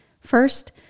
First